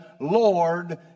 Lord